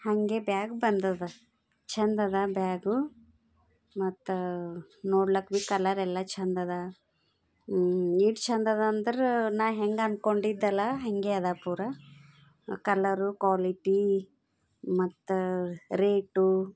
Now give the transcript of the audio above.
ಹಂಗೆ ಬ್ಯಾಗ್ ಬಂದದ ಛಂದದ ಬ್ಯಾಗು ಮತ್ತು ನೋಡ್ಲಕ್ ಬಿ ಕಲರ್ ಎಲ್ಲ ಛಂದದ ಏಟು ಛಂದದ ಅಂದ್ರೆ ನಾ ಹೆಂಗೆ ಅನ್ಕೊಂಡಿದ್ದಲ ಹಂಗೆ ಅದ ಪೂರ ಕಲರು ಕ್ವಾಲಿಟಿ ಮತ್ತು ರೇಟು